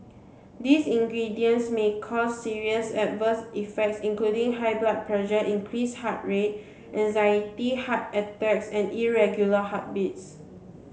these ingredients may cause serious adverse effects including high blood pressure increased heart rate anxiety heart attacks and irregular heartbeats